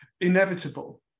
inevitable